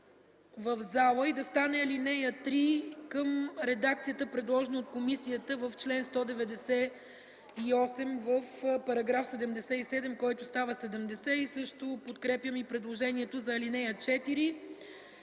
зала и да стане ал. 3 към редакцията, предложена от комисията в чл. 198 на § 77, който става § 70. Също подкрепям и предложението за ал. 4